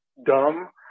Dumb